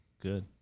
Good